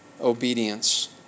obedience